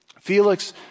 Felix